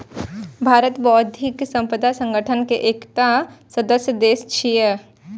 भारत बौद्धिक संपदा संगठन के एकटा सदस्य देश छियै